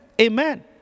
Amen